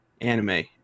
anime